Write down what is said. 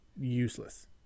useless